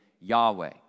Yahweh